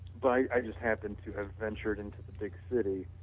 but i just happen to ventured into the big city,